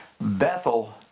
Bethel